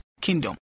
kingdom